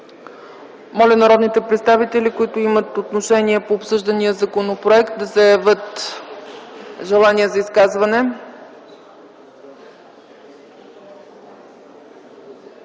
Моля, народните представители, които имат отношение по обсъждания законопроект, да заявят желание за изказване.